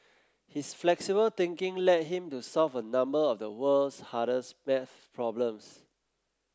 his flexible thinking led him to solve a number of the world's hardest maths problems